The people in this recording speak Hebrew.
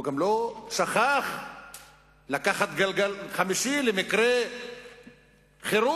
הוא לא שכח לקחת גלגל חמישי למקרה חירום,